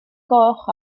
goch